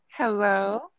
hello